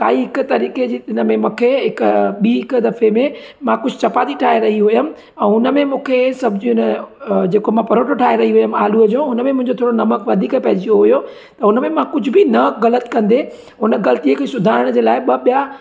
काई हिकु तरीक़े जी हिन में मूंखे हिकु ॿी हिकु दफ़े में मां कुझु चपाती ठाहे रही हुअमि ऐं हुन में मूंखे सब्ज़ियुनि जेको मां परोंठो ठाहे रही हुअमि आलूअ जो हुन में मुंहिंजो थोरो नमक वधीक पइजी वियो हुओ त हुन में मां कुझ बि न ग़लति कंदे उन ग़लतीअ खे सुधारण जे लाइ ॿ ॿिया